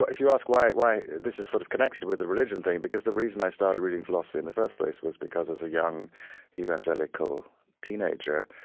if you ask why why this is sort of connected with the religion thing, because the reason i started reading philosophy in the first place was because, as a young evangelical teenager,